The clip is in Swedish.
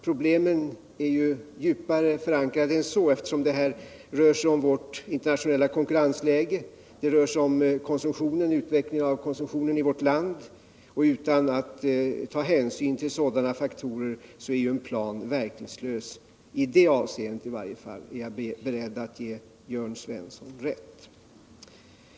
Problemen är ju djupare förankrade än så, eftersom det här rör sig om vårt internationella konkurrensläge och utvecklingen av konsumtionen i vårt land. Om man inte tar hänsyn till sådana faktorer är en plan verkningslös; i varje fall i det avseendet är jag beredd att ge Jörn Svensson rätt.